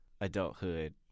Adulthood